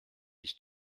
ist